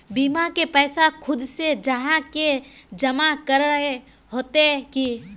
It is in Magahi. बीमा के पैसा खुद से जाहा के जमा करे होते की?